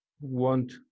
want